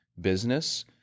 business